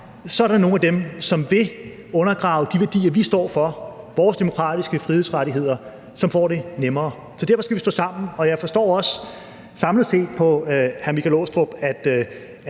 er der nogle af dem, som vil undergrave de værdier, vi står for, vores demokratiske frihedsrettigheder, som får det nemmere. Så derfor skal vi stå sammen, og jeg forstår også samlet set på hr. Michael Aastrup